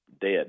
dead